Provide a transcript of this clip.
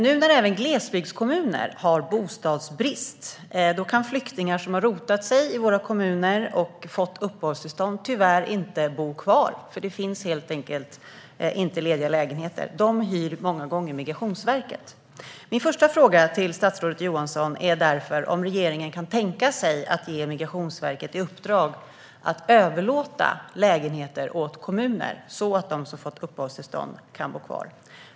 Nu när även glesbygdskommuner har bostadsbrist kan flyktingar som har rotat sig i våra kommuner och fått uppehållstillstånd tyvärr inte bo kvar, för det finns helt enkelt inga lediga lägenheter. De hyrs nämligen många gånger av Migrationsverket. Min första fråga till statsrådet Johansson är därför om regeringen kan tänka sig att ge Migrationsverket i uppdrag att överlåta lägenheter åt kommuner så att de som har fått uppehållstillstånd kan bo kvar.